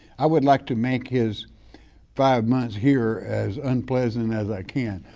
i would like to make his five months here as unpleasant as i can,